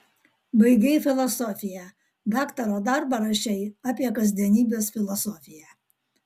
baigei filosofiją daktaro darbą rašei apie kasdienybės filosofiją